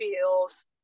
feels